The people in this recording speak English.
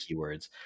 keywords